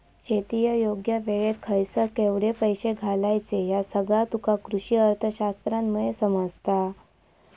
शेतीत योग्य वेळेक खयसर केवढे पैशे घालायचे ह्या सगळा तुका कृषीअर्थशास्त्रामुळे समजता